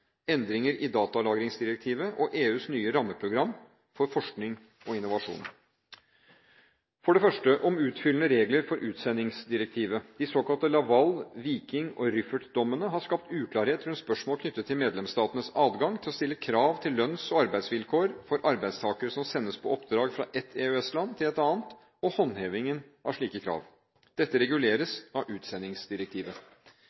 endringer i datalagringsdirektivet og EUs nye rammeprogram for forskning og innovasjon. For det første: utfyllende regler for utsendingsdirektivet. De såkalte Laval-, Viking- og Rüffert-dommene har skapt uklarhet om spørsmål knyttet til medlemsstatenes adgang til å stille krav til lønns- og arbeidsvilkår for arbeidstakere som sendes på oppdrag fra et EØS-land til et annet – og håndhevingen av slike krav. Dette